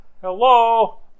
Hello